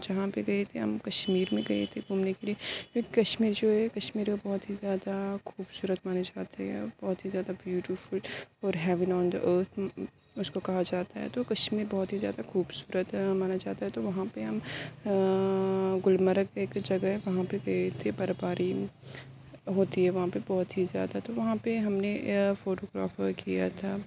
جہاں پہ گئے تھے ہم کشمیر میں گئے تھے گھومنے کے لیے کشمیر جو ہے کشمیر بہت ہی زیادہ خوبصورت مانے جاتے ہیں اور بہت ہی زیادہ بیوٹیفل اور ہیون آن دا ارتھ اُس کو کہا جاتا ہے تو کشمیر بہت ہی زیادہ خوبصورت مانا جاتا ہے تو وہاں پہ ہم گلمرگ ایک جگہ ہے وہاں پہ گئے تھے برفباری ہوتی ہے وہاں پہ بہت ہی زیادہ تو وہاں پہ ہم نے فوٹو گرافر کیا تھا